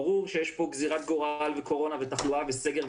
ברור שיש פה גזירת גורל וקורונה ותחלואה וסגר,